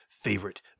Favorite